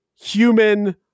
human